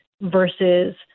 versus